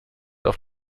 auf